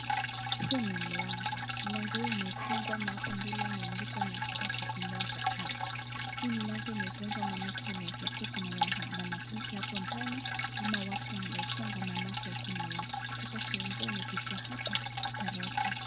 Hii ni mlango. Mlango hii imefungwa na hapo mbele imeandikwa ni ya kidato kimoja R . Hii mlango imefungwa maanake kunaeza kuwa na mwanafunzi hapo ndani ama watu wamefunga maanake hakuna watu. Ukitaka kuingia unapitia hapa darasa.